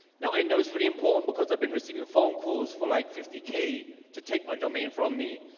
now i know it's really important, because i've been receiving phone calls for like fifty k to take my domain from me,